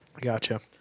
Gotcha